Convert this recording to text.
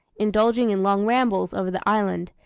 indulging in long rambles over the island,